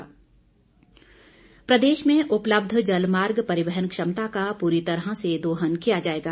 गोविंद ठाकुर प्रदेश में उपलब्ध जलमार्ग परिवहन क्षमता का पूरी तरह से दोहन किया जाएगा